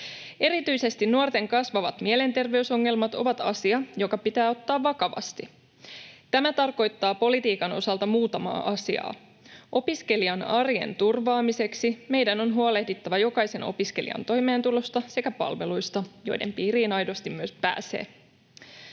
Erityisesti nuorten kasvavat mielenterveys-ongelmat ovat asia, joka pitää ottaa vakavasti. Tämä tarkoittaa politiikan osalta muutamaa asiaa. Opiskelijan arjen turvaamiseksi meidän on huolehdittava jokaisen opiskelijan toimeentulosta sekä palveluista, joiden piiriin myös aidosti pääsee.”